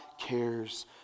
cares